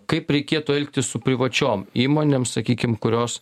kaip reikėtų elgtis su privačiom įmonėm sakykim kurios